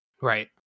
Right